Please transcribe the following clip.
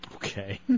Okay